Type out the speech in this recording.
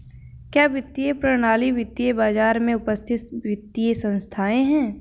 क्या वित्तीय प्रणाली वित्तीय बाजार में उपस्थित वित्तीय संस्थाएं है?